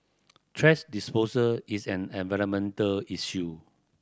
thrash disposal is an environmental issue